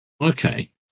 Okay